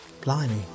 Blimey